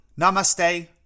Namaste